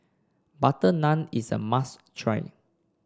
butter naan is a must try